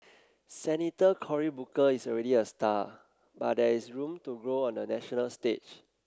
Senator Cory Booker is already a star but there is room to grow on the national stage